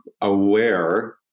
aware